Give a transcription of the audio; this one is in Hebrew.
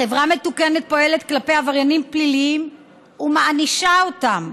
חברה מתוקנת פועלת כלפי עבריינים פליליים ומענישה אותם,